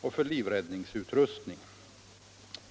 och för livräddningsutrustning.